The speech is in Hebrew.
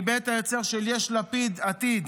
מבית היוצר של יש לפיד עתיד,